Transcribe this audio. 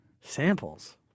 Samples